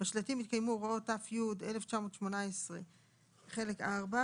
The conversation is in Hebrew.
בשלטים יתקיימו הוראות ת"י 1918 חלק 4,